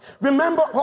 Remember